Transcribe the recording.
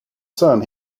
sun